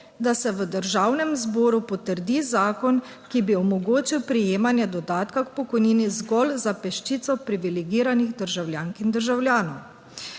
da se v Državnem zboru potrdi zakon, ki bi omogočil prejemanje dodatka k pokojnini zgolj za peščico privilegiranih državljank in državljanov.